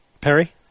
Perry